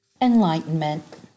Enlightenment